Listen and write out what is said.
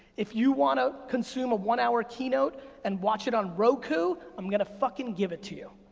if you wanna consume a one hour keynote and watch it on roku, i'm gonna fucking give it to you.